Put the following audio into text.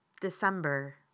December